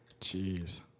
Jeez